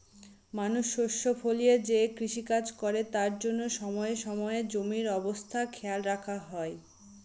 মানুষ শস্য ফলিয়ে যে কৃষিকাজ করে তার জন্য সময়ে সময়ে জমির অবস্থা খেয়াল রাখা হয়